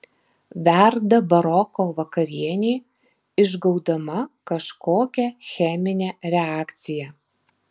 verda baroko vakarienė išgaudama kažkokią cheminę reakciją